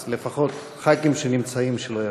אז לפחות חברי הכנסת שנמצאים, שלא יפריעו.